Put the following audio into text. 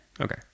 Okay